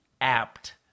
apt